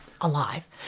alive